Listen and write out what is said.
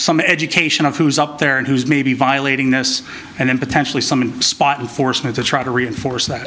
some education of who's up there and who's maybe violating this and then potentially someone spot and force me to try to reinforce that